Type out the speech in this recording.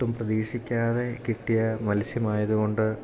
ഒട്ടും പ്രതീക്ഷിക്കാതെ കിട്ടിയ മത്സ്യമായതുകൊണ്ട്